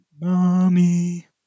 Mommy